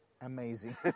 amazing